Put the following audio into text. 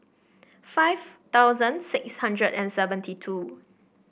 five thousand six hundred and seventy two